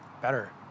better